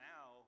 Now